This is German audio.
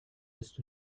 ist